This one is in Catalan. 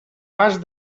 vas